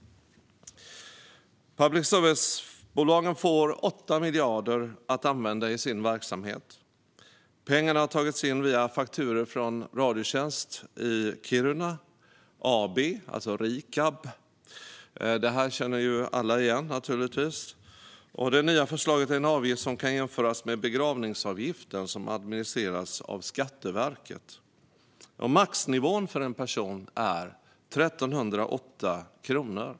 Public service-bolagen får 8 miljarder att använda i sin verksamhet. Pengarna har tagits in via fakturor från Radiotjänst i Kiruna AB, Rikab. Det här känner naturligtvis alla igen. Det nya förslaget avser en avgift som kan jämföras med begravningsavgiften, som administreras av Skatteverket. Maxnivån för en person är 1 308 kronor.